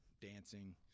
dancing